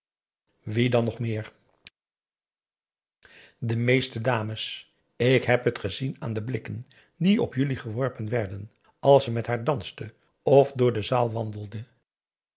wie dan nog meer de meeste dames ik heb het gezien aan de blikken die op jullie geworpen werden als je met haar danste of door de zaal wandelde